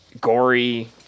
gory